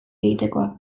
egitekoa